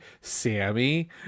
Sammy